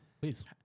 Please